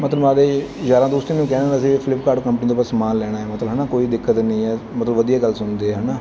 ਮਤਲਬ ਮੈਂ ਆਪਣੇ ਯਾਰਾਂ ਦੋਸਤਾਂ ਨੂੰ ਕਹਿ ਦਿੰਦਾ ਸੀ ਫਲਿਪਕਾਰਟ ਕੰਪਨੀ ਦੇ ਆਪਾਂ ਸਮਾਨ ਲੈਣਾ ਮਤਲਬ ਹੈ ਨਾ ਕੋਈ ਦਿੱਕਤ ਨਹੀਂ ਹੈ ਮਤਲਬ ਵਧੀਆ ਗੱਲ ਸੁਣਦੇ ਆ ਹੈ ਨਾ